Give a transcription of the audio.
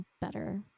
better